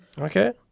Okay